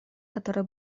которые